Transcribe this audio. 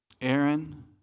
Aaron